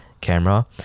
camera